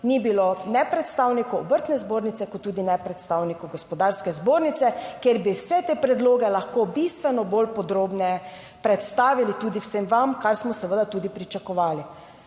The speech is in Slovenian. ni bilo ne predstavnikov Obrtne zbornice, kot tudi ne predstavnikov Gospodarske zbornice, kjer bi vse te predloge lahko bistveno bolj podrobneje predstavili tudi vsem vam, kar smo seveda tudi pričakovali.